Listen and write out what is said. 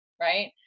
Right